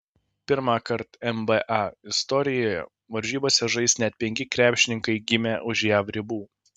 pirmąkart nba istorijoje varžybose žais net penki krepšininkai gimę už jav ribų